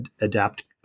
adapt